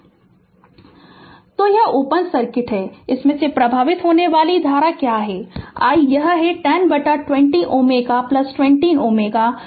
Refer Slide Time 3251 तो यह open circuit है तो इसमें से प्रवाहित होने वाली धारा क्या है i यह 10 बटा 20 Ω 20 Ω है